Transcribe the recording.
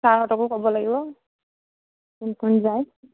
ছাৰহঁতকো ক'ব লাগিব কোন কোন যায়